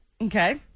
Okay